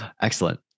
excellent